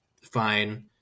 fine